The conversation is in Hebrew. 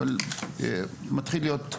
אמנם מתחיל להיות,